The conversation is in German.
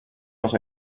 noch